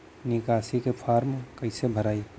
निकासी के फार्म कईसे भराई?